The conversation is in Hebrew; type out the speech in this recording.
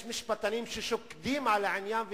יש משפטנים ששוקדים על העניין,